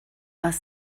was